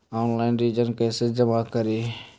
Online ऋण कैसे जमा करी?